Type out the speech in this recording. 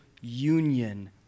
union